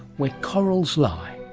where corals lie